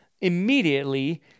immediately